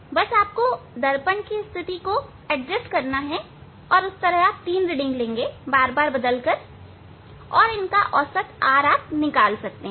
बस दर्पण की स्थिति को एडजस्ट करते हुए आप तीन रीडिंग ले सकते हैं और और इनका औसत R निकाल सकते हैं